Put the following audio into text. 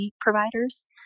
providers